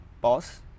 boss